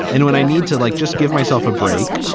and when i need to, like, just give myself a break,